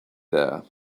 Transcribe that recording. there